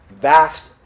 Vast